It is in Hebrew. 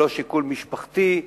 ולא שיקול משפחתי,